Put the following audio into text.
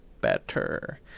better